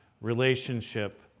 relationship